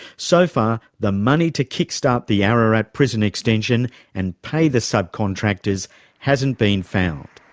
so far, the money to kick start the ararat prison extension and pay the subcontractors hasn't been found.